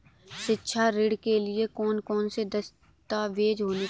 शिक्षा ऋण के लिए कौन कौन से दस्तावेज होने चाहिए?